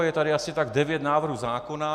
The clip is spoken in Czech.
Je tady asi tak devět návrhů zákonů.